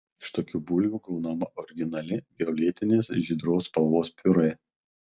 iš tokių bulvių gaunama originali violetinės žydros spalvos piurė